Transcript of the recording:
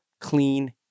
clean